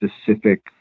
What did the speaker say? specific